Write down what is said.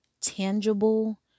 tangible